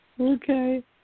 Okay